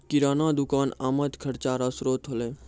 किराना दुकान आमद खर्चा रो श्रोत होलै